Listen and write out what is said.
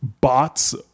bots